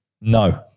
No